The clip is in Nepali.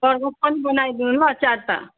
सर्बत पनि बनाइदिनु ल चारवटा